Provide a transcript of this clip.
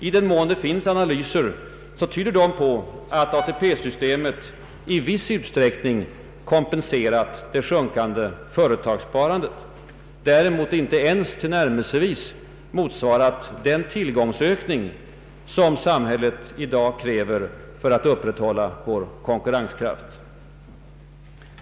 I den mån analyser föreligger tyder dessa på att ATP-systemet i viss utsträckning kompenserat sjunkande företagssparande, däremot icke ens tillnärmelsevis motsvarat den tillgångsökning som samhället i dag kräver för att upprätthålla konkurrenskraften.